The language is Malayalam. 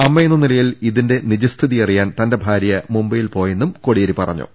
അമ്മ എന്ന നിലയിൽ ഇതിന്റെ നിജസ്ഥിതി അറിയാൻ തന്റെ ഭാരൃ മുംബൈയിൽ പോയെന്നും കോടിയേരി പറഞ്ഞു